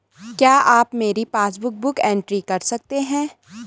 क्या आप मेरी पासबुक बुक एंट्री कर सकते हैं?